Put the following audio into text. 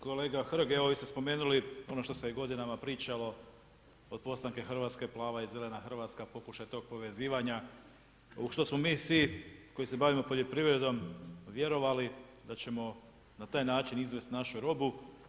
Kolega Hrg, evo vi ste spomenuli ono što se i godinama pričalo od postanka Hrvatske plava i zelena Hrvatska, pokušaj tog povezivanja u što smo mi svi koji se bavimo poljoprivredom vjerovali da ćemo na taj način izvesti našu robu.